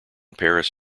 paris